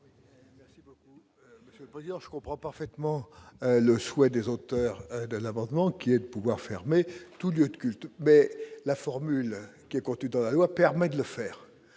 identifiés. Monsieur le rapporteur. Je comprends parfaitement le souhait des auteurs de l'amendement, qui est de pouvoir fermer tout du culte, la formule qui est contenu dans la loi permet de le faire,